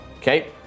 Okay